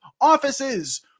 offices